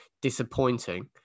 disappointing